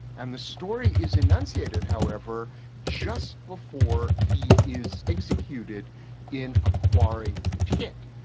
and the story is enunciated however just before he is executed in a quarry pit.